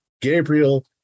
Gabriel